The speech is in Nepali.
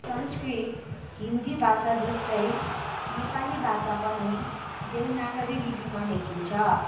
संस्कृत हिन्दी भाषा जस्तै नेपाली भाषा पनि देवनागरी लिपिमा लेखिन्छ